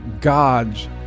God's